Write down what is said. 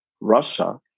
Russia